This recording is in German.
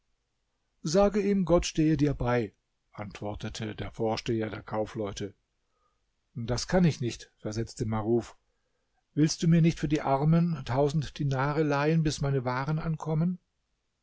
sage ihm gott stehe dir bei antwortete der vorsteher der kaufleute das kann ich nicht versetzte maruf willst du mir nicht für die armen tausend dinare leihen bis meine waren ankommen